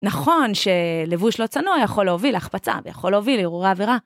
נכון שלבוש לא צנוע יכול להוביל החפצה ויכול להוביל הרהורי עבירה.